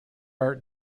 art